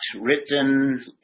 written